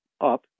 up